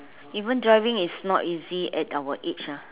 even driving is not easy at our age ah